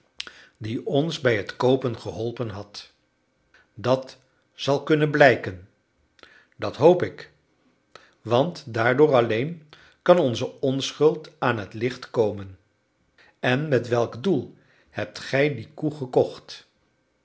die ons bij het koopen geholpen had dat zal kunnen blijken dat hoop ik want daardoor alleen kan onze onschuld aan het licht komen en met welk doel hebt gij die koe gekocht